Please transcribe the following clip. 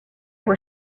were